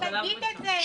תגיד את זה.